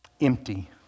empty